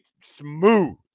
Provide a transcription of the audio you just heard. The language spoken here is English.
smooth